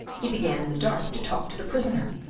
he began in the dark to talk to the prisoner.